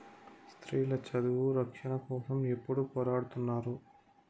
స్త్రీల చదువు రక్షణ కోసం ఎప్పుడూ పోరాడుతున్నారు